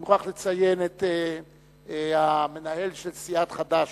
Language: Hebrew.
אני מוכרח לציין את המנהלת של סיעת חד"ש.